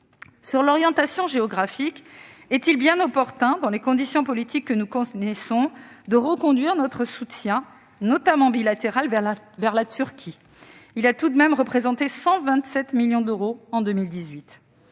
Sur l'orientation géographique, est-il bien opportun, dans les conditions politiques que nous connaissons, de reconduire notre soutien, notamment bilatéral, vers la Turquie ? Il a tout de même représenté 127 millions d'euros en 2018